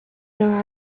know